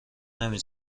نمی